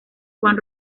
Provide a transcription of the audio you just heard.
juan